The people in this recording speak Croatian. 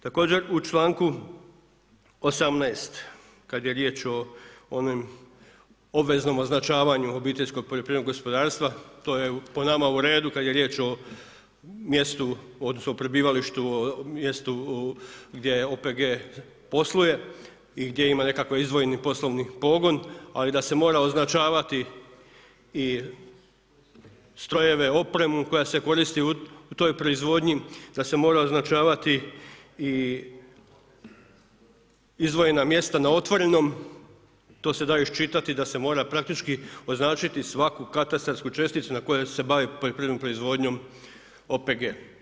Također u članku 18. kad je riječ o onim obveznom označavanju OPG-a, to je po nama u redu kad je riječ o mjestu odnosno prebivalištu, o mjestu gdje OPG posluje i gdje ima nekakav izdvojeni poslovni pogon ali da se mora označavati i strojeve, opremu koja se koristi u toj proizvodnji, da se mora označavati i izdvojena mjesta na otvorenom, to se da iščitati da se mora praktički označiti svaku katastarsku česticu na kojoj se bavi poljoprivrednom proizvodnjom OPG.